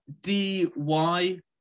DY